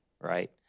right